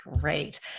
Great